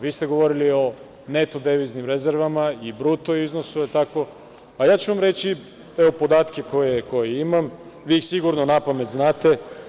Vi ste govorili o neto deviznim rezervama i bruto iznosu, a ja ću vam reći podatke koje imam, vi ih sigurno napamet znate.